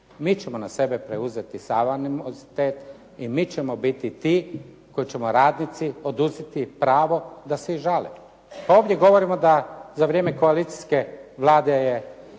Mi ćemo na sebe preuzeti sav animozitet i mi ćemo biti ti koji ćemo radnicima oduzeti pravo da se i žale. Ovdje govorimo da za vrijeme koalicijske Vlade